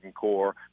core